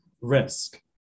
risk